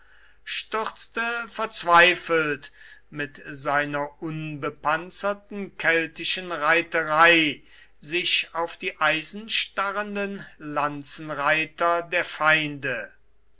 stürzte verzweifelt mit seiner unbepanzerten keltischen reiterei sich auf die eisenstarrenden lanzenreiter der feinde